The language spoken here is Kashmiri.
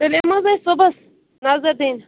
تیٚلہِ یِمو حَظ أسۍ صُبحس نظر دِنہِ